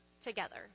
together